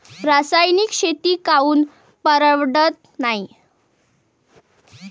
रासायनिक शेती काऊन परवडत नाई?